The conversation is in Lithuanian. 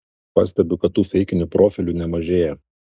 pastebiu kad tų feikinių profilių nemažėja